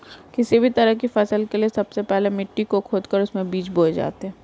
किसी भी तरह की फसल के लिए सबसे पहले मिट्टी को खोदकर उसमें बीज बोए जाते हैं